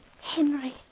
Henry